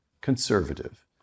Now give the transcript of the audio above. conservative